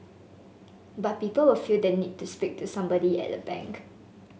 but people feel the need to speak to somebody at a bank